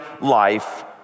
life